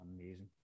Amazing